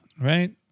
right